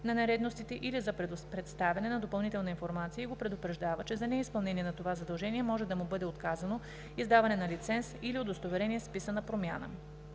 на нередовностите или за представяне на допълнителна информация и го предупреждава, че за неизпълнение на това задължение може да му бъде отказано издаване на лиценз или удостоверение с вписана промяна.